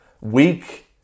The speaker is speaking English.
Weak